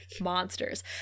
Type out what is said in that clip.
monsters